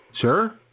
Sure